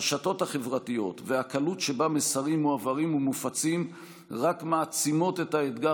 הרשתות החברתיות והקלות שבה מסרים מועברים ומופצים רק מעצימות את האתגר